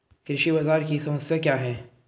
कृषि बाजार की समस्या क्या है?